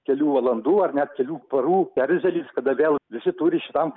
kelių valandų ar net kelių parų erzelis kada vėl visi turi šitam